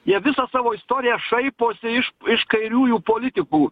jie visą savo istoriją šaiposi iš iš kairiųjų politikų